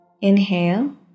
inhale